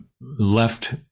left